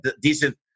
decent